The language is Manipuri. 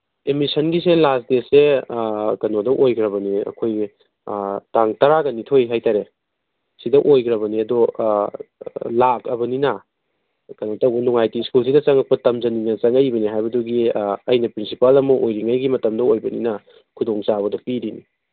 ꯑꯦꯗꯃꯤꯁꯟꯒꯤꯁꯦ ꯂꯥꯁ ꯗꯦꯠꯁꯦ ꯀꯩꯅꯣꯗ ꯑꯣꯏꯈ꯭ꯔꯕꯅꯤ ꯑꯩꯈꯣꯏꯒꯤ ꯇꯥꯡ ꯇꯔꯥꯒꯅꯤꯊꯣꯏ ꯍꯥꯏꯇꯥꯔꯦ ꯁꯤꯗ ꯑꯣꯏꯈ꯭ꯔꯕꯅꯤ ꯑꯗꯣ ꯂꯥꯛꯑꯕꯅꯤꯅ ꯀꯩꯅꯣ ꯇꯧꯕ ꯅꯨꯡꯉꯥꯏꯇꯦ ꯁ꯭ꯀꯨꯜꯁꯤꯗ ꯆꯪꯉꯛꯄ ꯇꯝꯖꯅꯤꯡꯗꯅ ꯆꯪꯉꯛꯏꯕꯗꯨꯅꯤ ꯍꯥꯏꯕꯒꯤ ꯑꯩꯅ ꯄ꯭ꯔꯤꯟꯁꯤꯄꯥꯜ ꯑꯃ ꯑꯣꯏꯔꯤꯉꯩꯒꯤ ꯃꯇꯝꯗ ꯑꯣꯏꯕꯅꯤꯅ ꯈꯨꯗꯣꯡꯆꯥꯕꯗꯨ ꯄꯤꯔꯤꯅꯤ